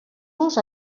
los